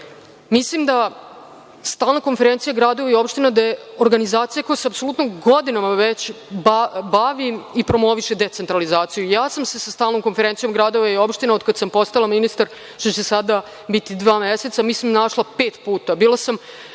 Mislim da je Stalna konferencija gradova i opština organizacija koja se godinama već bavi i promoviše decentralizacije. Ja sam se sa Stalnom konferencijom gradova i opština, od kada sam postala ministar, sada će biti dva meseca, našla pet puta. Bila sam